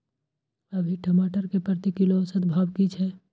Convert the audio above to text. अभी टमाटर के प्रति किलो औसत भाव की छै?